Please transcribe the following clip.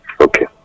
Okay